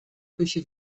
küche